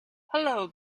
hello